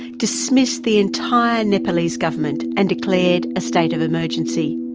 dismissed the entire nepalese government and declared a state of emergency,